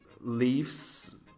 Leaves